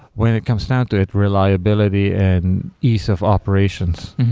when it comes down to it, reliability and ease of operations.